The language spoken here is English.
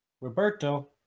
roberto